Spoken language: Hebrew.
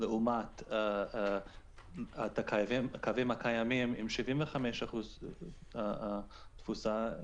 לעומת הקווים הקיימים עם 75% תפוסה,